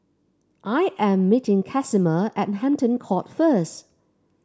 I am meeting Casimer at Hampton Court first